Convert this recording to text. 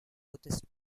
buddhist